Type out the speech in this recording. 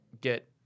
get